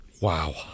Wow